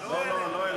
לא, לא.